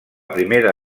primera